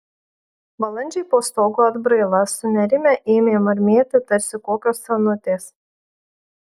balandžiai po stogo atbraila sunerimę ėmė murmėti tarsi kokios senutės